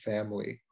Family